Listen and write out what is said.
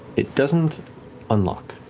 it doesn't unlock.